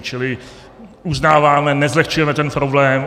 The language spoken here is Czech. Čili uznáváme, nezlehčujeme ten problém.